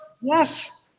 Yes